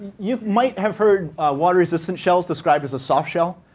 you might have heard water resistant shells described as a soft shell,